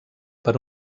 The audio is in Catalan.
per